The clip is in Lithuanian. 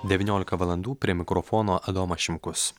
devyniolika valandų prie mikrofono adomas šimkus